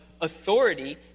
authority